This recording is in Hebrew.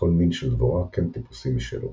לכל מין של דבורה קן טיפוסי משלו,